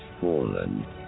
fallen